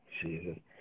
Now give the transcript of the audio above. Jesus